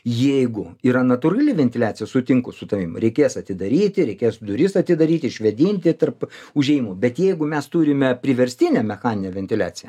jeigu yra natūrali ventiliacija sutinku su tavim reikės atidaryti reikės duris atidaryti išvėdinti tarp užėjimų bet jeigu mes turime priverstinę mechaninę ventiliaciją